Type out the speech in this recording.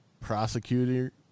prosecutor